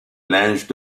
linge